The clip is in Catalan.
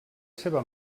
seva